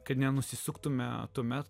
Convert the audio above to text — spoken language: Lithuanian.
kad nenusisuktumėme tuomet